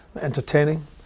entertaining